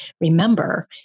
remember